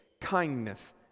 kindness